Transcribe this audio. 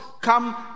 come